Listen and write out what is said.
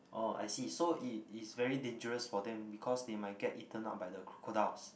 oh I see so it is very dangerous for them because they might get eaten up by the crocodiles